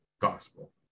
gospel